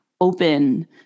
open